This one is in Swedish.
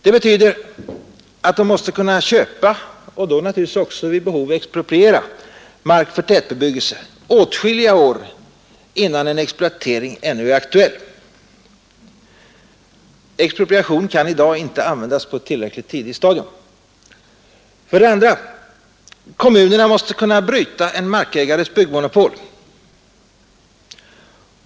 Det betyder att de måste kunna köpa — och då naturligtvis också expropriera — mark för tätbebyggelse åtskilliga år innan en exploatering ännu är aktuell. Expropriation kan i dag inte användas på ett tillräckligt tidigt stadium. För det andra måste kommunerna kunna bryta en markägares byggmonopol.